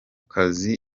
kazi